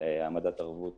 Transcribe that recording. להעמדת ערבות